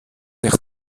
nicht